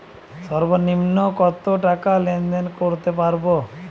সর্বনিম্ন কত টাকা লেনদেন করতে পারবো?